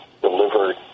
delivered